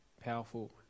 powerful